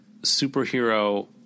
superhero